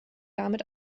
damit